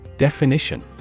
Definition